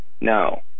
no